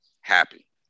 happy